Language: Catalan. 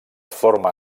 forma